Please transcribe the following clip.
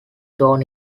torn